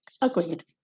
Agreed